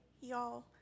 y'all